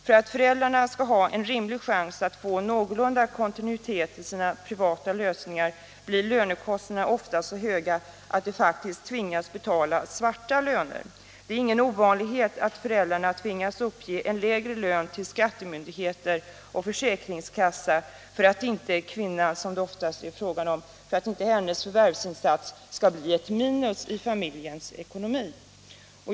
För att föräldrarna skall ha en rimlig chans att få en någorlunda tillfredsställande kontinuitet i sina privata lösningar blir lönekostnaderna ofta så höga, att man faktiskt tvingas betala ”svarta” löner. Det är inte ovanligt att föräldrarna tvingas uppge en lägre lön till skattemyndigheter och försäkringskassa för att inte kvinnans — som det oftast är fråga om — förvärvsinsats skall bli ett minus i familjens ekonomi.